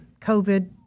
COVID